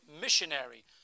missionary